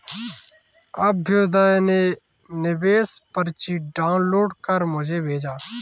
अभ्युदय ने निवेश पर्ची डाउनलोड कर मुझें भेजा